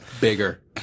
Bigger